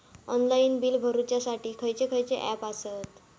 Online bill भरुच्यासाठी खयचे खयचे ऍप आसत?